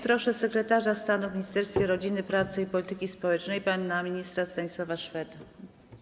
Proszę, sekretarz stanu w Ministerstwie Rodziny, Pracy i Polityki Społecznej pan minister Stanisław Szwed.